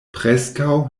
preskaŭ